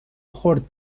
خرد